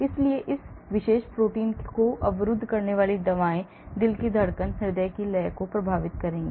इसलिए इस विशेष प्रोटीन को अवरुद्ध करने वाली दवाएं दिल की धड़कन हृदय की लय को प्रभावित करेंगी